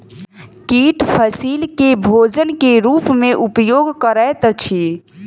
कीट फसील के भोजन के रूप में उपयोग करैत अछि